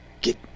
get